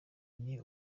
ndi